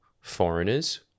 foreigners